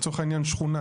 לצורך העניין שכונה,